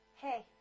Hey